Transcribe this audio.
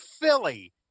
Philly